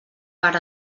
per